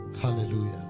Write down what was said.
hallelujah